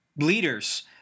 leaders